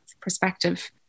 perspective